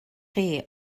chi